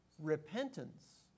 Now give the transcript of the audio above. repentance